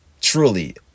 Truly